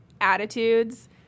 attitudes